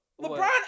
LeBron